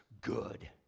good